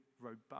robust